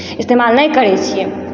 इस्तेमाल नहि करै छियै